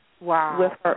Wow